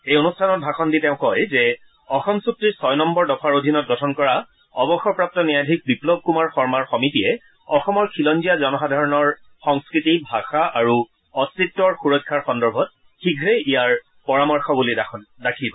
এই অনুষ্ঠানত ভাষণ দি তেওঁ কয়ে যে অসম চুক্তিৰ ছয় নম্নৰ দফা অধীনত গঠন কৰা অৱসৰপ্ৰাপ্ত ন্যায়াধীশ বিল্পৱ কুমাৰ শৰ্মাৰ সমিতিয়ে অসমৰ খিলঞ্জীয়া জনসাধাৰণৰ সংস্কৃতি ভাষা আৰু অস্তিত্ব সুৰক্ষাৰ সন্দৰ্ভত শীঘ্ৰে ইয়াৰ পৰামৰ্শাৱলী দাখিল কৰিব